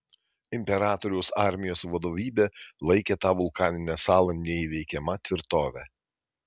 imperatoriaus armijos vadovybė laikė tą vulkaninę salą neįveikiama tvirtove